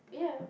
yeah